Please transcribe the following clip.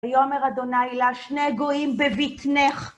ויאמר ה' לה, שני גויים בביטנך!